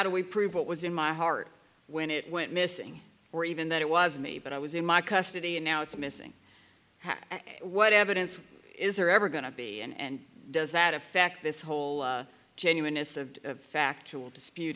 do we prove what was in my heart when it went missing or even that it was me but i was in my custody and now it's missing what evidence is there ever going to be and does that affect this whole genuineness of factual dispute